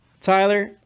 Tyler